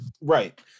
Right